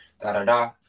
da-da-da